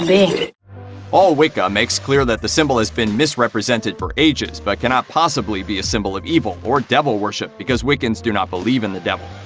all wicca makes clear that the symbol has been misrepresented for ages, but cannot possibly be a symbol of evil, or devil worship, because wiccans do not believe in the devil.